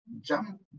jump